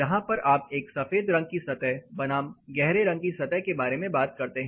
यहाँ पर आप एक सफेद रंग की सतह बनाम गहरे रंग की सतह के बारे में बात करते हैं